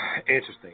Interesting